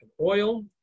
oil